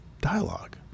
dialogue